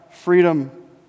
freedom